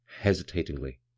hesitatingly